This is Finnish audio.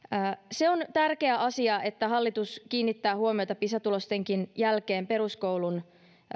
se on tärkeä asia että hallitus kiinnittää huomiota pisa tulostenkin jälkeen peruskoulun